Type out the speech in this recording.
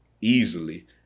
easily